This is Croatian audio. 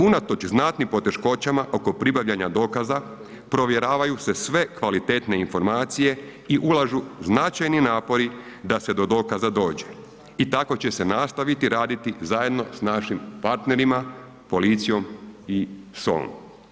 Unatoč znatnim poteškoćama oko pribavljanja dokaza provjeravaju se sve kvalitetne informacije i ulažu značajni napori da se do dokaza dođe i tako će se nastaviti raditi zajedno sa našim partnerima, policijom i SOA-om.